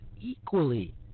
equally